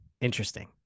Interesting